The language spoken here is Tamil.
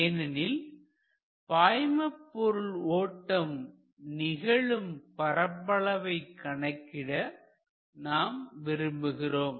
ஏனெனில் பாய்மபொருள்ஓட்டம் நிகழும் பரப்பளவை கணக்கிட நாம் விரும்புகிறோம்